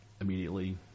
immediately